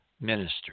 minister